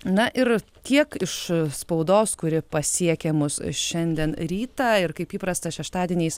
na ir tiek iš spaudos kuri pasiekė mus šiandien rytą ir kaip įprasta šeštadieniais